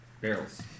barrels